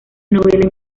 novela